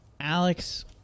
Alex